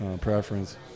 preference